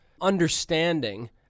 understanding